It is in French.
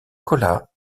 colas